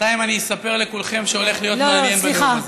בינתיים אני אספר לכולכם שהולך להיות מעניין בנאום הזה.